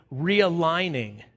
realigning